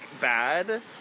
bad